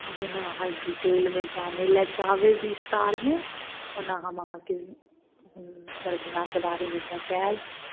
जेना अहाँ डिटेलमे जानय लए चाहबै विस्तारमे ओना हम अहाँके दरभङ्गाके बारेमे बतायब